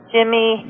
Jimmy